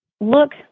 look